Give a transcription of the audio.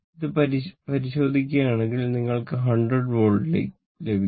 അത് പരിശോധിക്കുകയാണെങ്കിൽ നിങ്ങൾക്ക് 100 വോൾട്ട് ലഭിക്കും